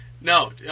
No